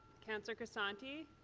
counselor crisanti.